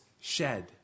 shed